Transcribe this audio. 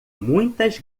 muitas